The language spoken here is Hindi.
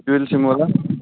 डूईल सिम वाला